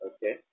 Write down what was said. Okay